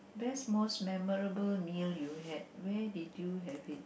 best most memorable meal you had where did you have it